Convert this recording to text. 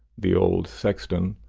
the old sexton,